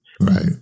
Right